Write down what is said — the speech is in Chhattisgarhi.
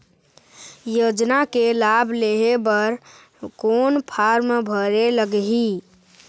योजना के लाभ लेहे बर कोन फार्म भरे लगही?